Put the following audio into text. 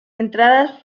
entradas